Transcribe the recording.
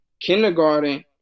kindergarten